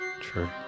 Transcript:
true